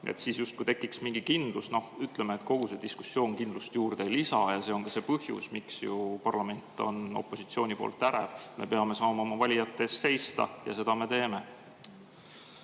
tekiks justkui mingi kindlus, siis noh, ütleme, kogu see diskussioon kindlust ei lisa. See on ka põhjus, miks parlament on opositsiooni poolt ärev. Me peame saama oma valijate eest seista ja seda me ka teeme.